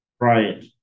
Right